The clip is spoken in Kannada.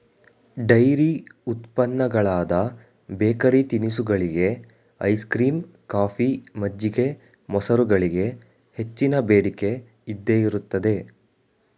ಡೈರಿ ಉತ್ಪನ್ನಗಳಾದ ಬೇಕರಿ ತಿನಿಸುಗಳಿಗೆ, ಐಸ್ ಕ್ರೀಮ್, ಕಾಫಿ, ಮಜ್ಜಿಗೆ, ಮೊಸರುಗಳಿಗೆ ಹೆಚ್ಚಿನ ಬೇಡಿಕೆ ಇದ್ದೇ ಇರುತ್ತದೆ